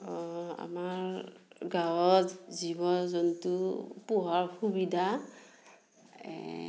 আমাৰ গাঁৱত জীৱ জন্তু পোহাৰ সুবিধা